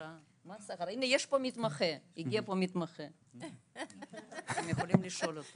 רגע, אבל נשמע, אני רוצה לשמוע אותו